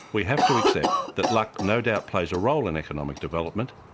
we have to accept that luck no doubt plays a role in economic development,